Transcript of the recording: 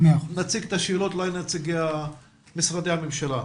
נציג את השאלות למשרדי הממשלה.